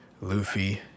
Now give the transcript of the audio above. luffy